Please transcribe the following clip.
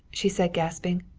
she said, gasping.